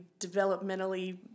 developmentally